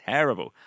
Terrible